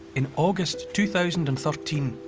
in august two thousand and thirteen,